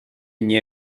nie